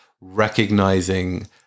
recognizing